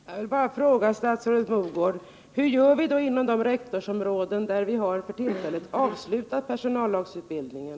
Herr talman! Jag vill bara fråga statsrådet Mogård: Hur gör vi då inom de rektorsområden där vi för tillfället har avslutat personallagsutbildningen?